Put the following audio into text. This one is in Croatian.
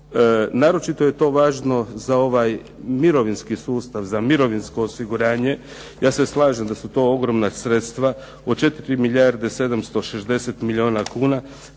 Naročito je to važno za ovaj mirovinski sustav, za mirovinsko osiguranje. Ja se slažem da su to ogromna sredstva od 4 milijarde 760 milijuna kuna,